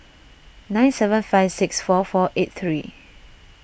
nine seven five six four four eight three